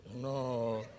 No